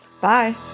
Bye